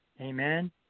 Amen